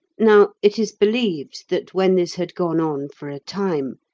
now it is believed that when this had gone on for a time,